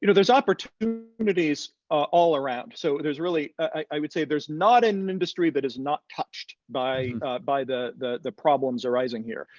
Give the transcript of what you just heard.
you know there's opportunities opportunities all around. so there's really, i would say there's not an industry that is not touched by by the the problems arising here.